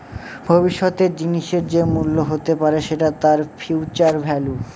ভবিষ্যতের জিনিসের যে মূল্য হতে পারে সেটা তার ফিউচার ভেল্যু